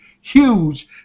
huge